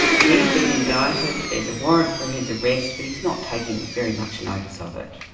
he's been indicted, there's a warrant for his arrest, but he's not taking very much notice of it.